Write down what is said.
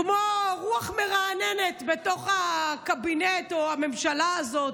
הוא כמו רוח מרעננת בתוך הקבינט או הממשלה הזאת,